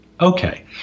Okay